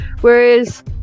Whereas